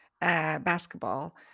basketball